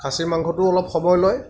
খাচী মাংসটোও অলপ সময় লয়